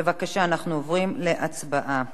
בבקשה, אנחנו עוברים להצבעה.